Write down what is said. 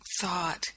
thought